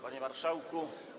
Panie Marszałku!